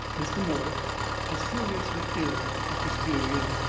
mr. morritt was seriously ill at this period,